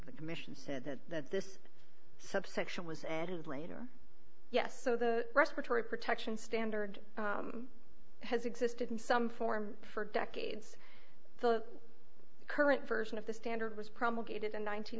the commission said that this subsection was added later yes so the respiratory protection standard has existed in some form for decades the current version of the standard was promulgated in